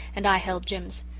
and i held jims.